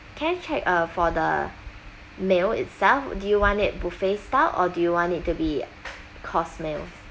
can I check uh for the meal itself do you want it buffet style or do you want it to be course meals